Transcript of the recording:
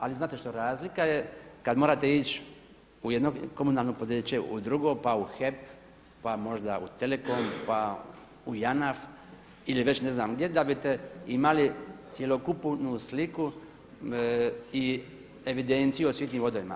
Ali znate što, razlika je kad morate ići u jedno komunalno poduzeće, u drugo, pa u HEP, pa možda u Telecom, pa u Janaf, ili već ne znam gdje da biste imali cjelokupnu sliku i evidenciju o svim tim vodovima.